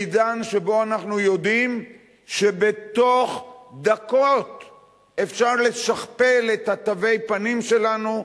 בעידן שבו אנחנו יודעים שבתוך דקות אפשר לשכפל את תווי הפנים שלנו,